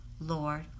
Lord